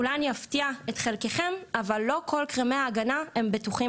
אולי אני אפתיע את חלקכם אבל לא כל קרמי ההגנה הם בטוחים